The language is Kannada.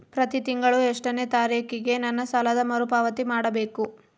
ಪ್ರತಿ ತಿಂಗಳು ಎಷ್ಟನೇ ತಾರೇಕಿಗೆ ನನ್ನ ಸಾಲದ ಮರುಪಾವತಿ ಮಾಡಬೇಕು?